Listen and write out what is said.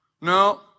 No